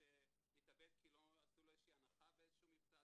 שמתאבד כי לא עשו לו איזושהי הנחה באיזשהו מבצע,